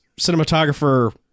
cinematographer